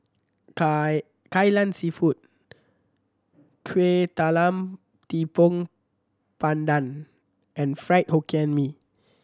kai Kai Lan Seafood Kuih Talam Tepong Pandan and Fried Hokkien Mee